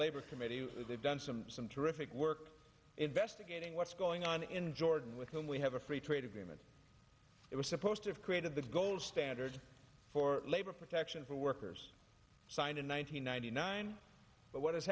labor committee they've done some some terrific work investigating what's going on in jordan with whom we have a free trade agreement it was supposed to have created the gold standard for labor protection for workers signed in one thousand nine hundred nine but what has